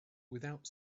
without